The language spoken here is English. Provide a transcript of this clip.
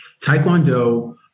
Taekwondo